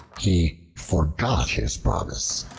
he forgot his promise.